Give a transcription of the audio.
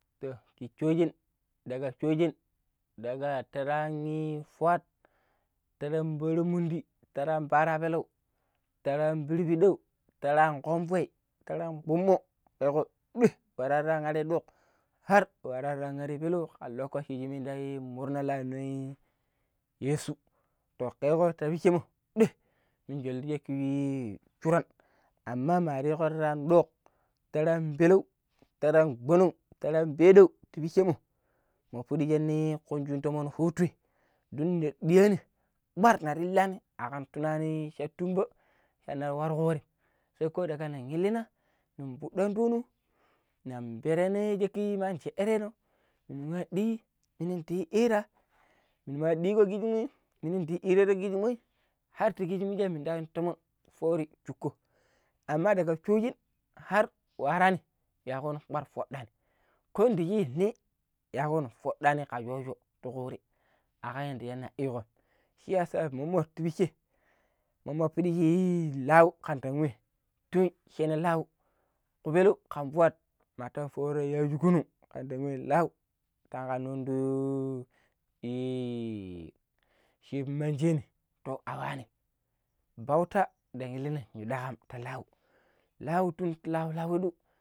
﻿Kish shoojen daga shoogen daga tera an fwat tere an pattira mundi teren Parapeleu teren an pirpiɗau tere an komvoi teren kpommo koro ɗoi har wara tere n are peleu ƙeƙƙo mommo lokaci shi minda yun murna lannoi yeesu to kekko ti picce mmo ɗoi min jal ta shaƙƙi shuran aman ma riiko teron ɗok teren peleu, teran gɓonong teran peɗau ti piccemmo mommo shina kun shi tomon hutui don kelengkui pkar ner maa akam tunaam shaɗɗu tumba m shen nar nwaro kurim sai ko daga nen illina nin puɗɗo anɗono nen pereno ya cakki an Jeɗereeno minu nwa ɗii minun ndi ira minago ɗigo gikinom nirin di digo jikimoi har tiki shira minta yung tomon fori shuƙƙon aman daga shoshim har nwaraani yakono kpar fuɗɗani ko ndaci ni yakono fuɗɗani ka shojo tu kuri akayadaina yiigo shiyasa mommo ti picce mommo piɗi shi lau ƙan ndan wei tun shene lau ku-pelau kan fwat matan foro yajju kunun kan ndan we lau tanko nuddui shin manjeeni to a waanim bauta ndn yu illi na yu ɗaƙam ta lau lauwi ɗiu ti lau hudu.